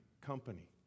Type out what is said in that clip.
company